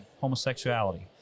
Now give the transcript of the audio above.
homosexuality